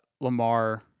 Lamar